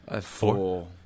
Four